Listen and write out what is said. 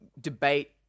debate